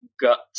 gut